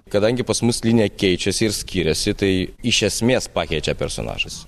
kadangi pas mus linija keičiasi ir skiriasi tai iš esmės pakeičia personažas